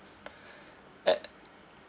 at